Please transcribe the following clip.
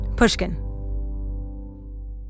Pushkin